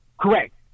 correct